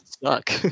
suck